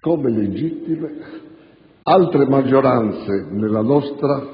come legittime altre maggioranze nella nostra